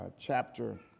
chapter